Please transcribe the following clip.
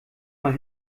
mal